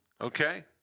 Okay